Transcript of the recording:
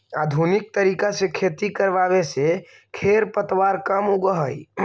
आधुनिक तरीका से खेती करवावे से खेर पतवार कम उगह हई